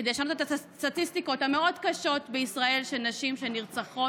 כדי לשנות את הסטטיסטיקות המאוד-קשות בישראל של נשים שנרצחות